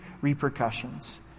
repercussions